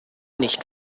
nicht